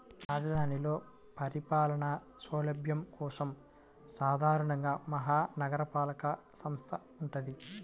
రాజధానిలో పరిపాలనా సౌలభ్యం కోసం సాధారణంగా మహా నగరపాలక సంస్థ వుంటది